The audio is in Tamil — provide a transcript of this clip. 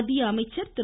மத்திய அமைச்சர் திரு